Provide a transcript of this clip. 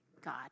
God